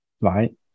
right